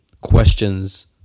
questions